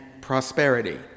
prosperity